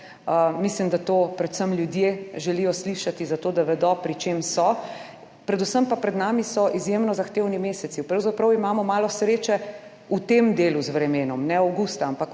Mislim, da to predvsem ljudje želijo slišati, zato, da vedo, pri čem so, predvsem pa, pred nami so izjemno zahtevni meseci, pravzaprav imamo malo sreče v tem delu z vremenom, ne avgusta,